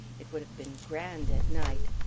it would have been grand at night.